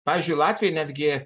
pavyzdžiui latviai netgi